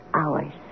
hours